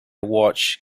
watch